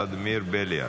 ולדימיר בליאק.